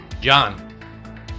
John